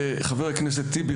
חבר הכנסת טיבי,